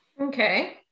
Okay